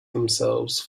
themselves